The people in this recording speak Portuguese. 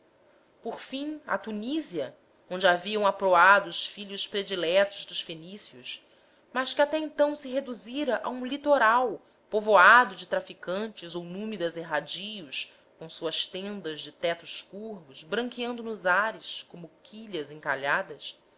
por fim a tunísia onde haviam aproado os filhos prediletos dos fenícios mas que até então se reduzira a um litoral povoado de traficantes ou númidas erradios com suas tendas de tetos curvos branqueando nos areais como quilhas encalhadas